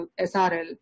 SRL